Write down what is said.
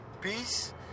Peace